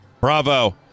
Bravo